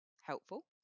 helpful